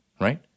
Right